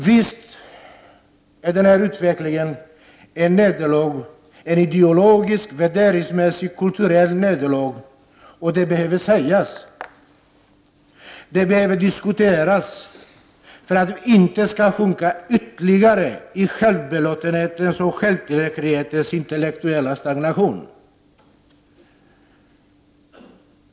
Visst är den här utvecklingen ett ideologiskt, värderingsmässigt, kulturellt nederlag. Det behöver sägas, det behöver diskuteras, för att vi inte skall fastna ytterligare i självbelåtenhetens och självtillräcklighetens intellektuella stagnation.